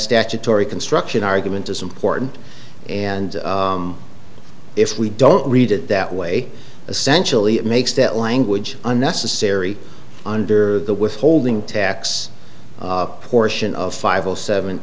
statutory construction argument is important and if we don't read it that way essentially it makes that language unnecessary under the withholding tax portion of five zero seven